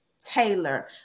Taylor